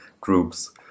groups